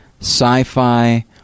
sci-fi